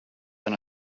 than